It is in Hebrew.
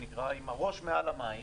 עם הראש מעל המים.